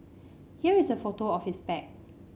here is a photo of his bag